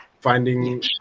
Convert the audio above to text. Finding